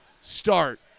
start